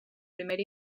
primer